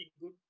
good